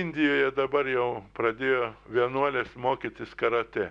indijoje dabar jau pradėjo vienuolės mokytis karatė